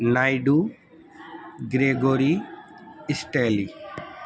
Naidu Gregory Steely